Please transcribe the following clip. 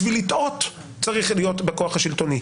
בשביל לטעות צריך להיות בכוח השלטוני.